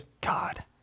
God